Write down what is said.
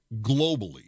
globally